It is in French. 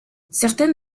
certaines